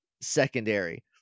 secondary